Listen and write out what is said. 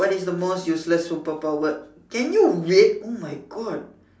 what is the most useless superpower can you wait oh my God